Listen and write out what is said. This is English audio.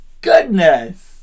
goodness